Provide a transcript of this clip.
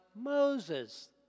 Moses